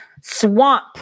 swamp